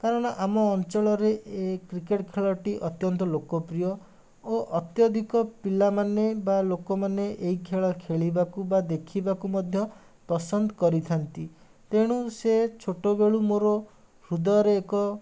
କାରଣ ଆମ ଅଞ୍ଚଳରେ ଏ କ୍ରିକେଟ୍ ଖେଳଟି ଅତ୍ୟନ୍ତ ଲୋକପ୍ରିୟ ଓ ଅତ୍ୟଧିକ ପିଲାମାନେ ବା ଲୋକମାନେ ଏଇ ଖେଳ ଖେଳିବାକୁ ବା ଦେଖିବାକୁ ମଧ୍ୟ ପସନ୍ଦ କରିଥାନ୍ତି ତେଣୁ ସେ ଛୋଟବେଳୁ ମୋର ହୃଦୟରେ ଏକ